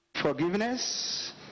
forgiveness